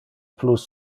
plus